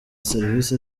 serivisi